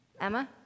Emma